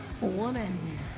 Woman